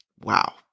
Wow